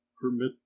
permit